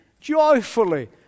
joyfully